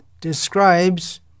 describes